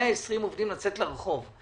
ל-120 עובדים לצאת לרחוב.